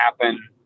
happen